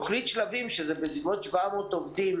תוכנית "שלבים" שהיא בסביבות 700 עובדים